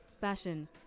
fashion